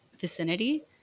vicinity